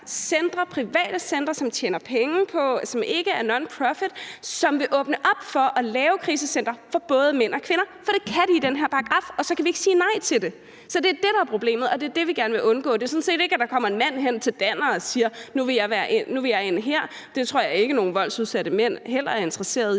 private centre, som tjener penge på det og ikke er nonprofit, og som vil åbne op for at lave krisecentre for både mænd og kvinder, for det kan de ifølge den her paragraf, og så kan vi ikke sige nej til det. Så det er det, der er problemet, og det er det, vi gerne vil undgå. Det er sådan set ikke, at der kommer en mand hen til Danner og siger: Nu vil jeg ind her. Det tror jeg heller ikke at nogen voldsudsatte mænd er interesseret i.